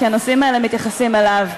כי הנושאים האלה מתייחסים אליו.